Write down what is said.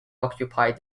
occupied